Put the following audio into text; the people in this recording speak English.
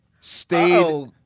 stayed